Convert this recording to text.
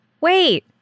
wait